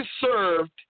served